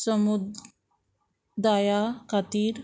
समुदाया खातीर